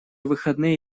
выходные